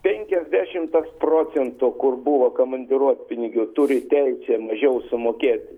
penkiasdešim procentų kur buvo komandiruotpinigių turi teisę mažiau sumokėt